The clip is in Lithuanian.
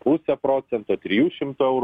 pusę procento trijų šimtų eurų